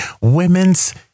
Women's